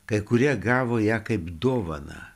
kai kurie gavo ją kaip dovaną